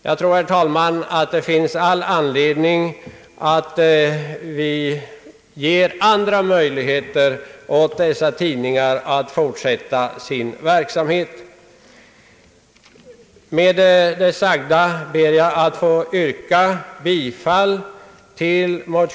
Jag tror, herr talman, att det finns all anledning för oss att ge andra möjligheter åt dessa tidningar att fortsätta sin verksamhet.